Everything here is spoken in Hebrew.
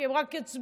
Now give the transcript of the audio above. כי הם רק יצביעו,